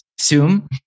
Zoom